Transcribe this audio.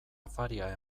afaria